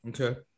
Okay